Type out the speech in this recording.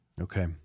Okay